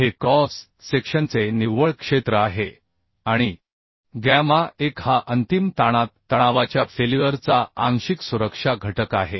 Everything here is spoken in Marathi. हे क्रॉस सेक्शनचे निव्वळ क्षेत्र आहे आणि गॅमा 1 हा अंतिम ताणात तणावाच्या फेल्युअर चा आंशिक सुरक्षा घटक आहे